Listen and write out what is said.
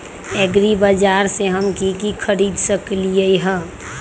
एग्रीबाजार से हम की की खरीद सकलियै ह?